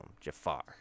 Jafar